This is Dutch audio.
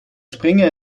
springen